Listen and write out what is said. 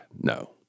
no